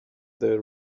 the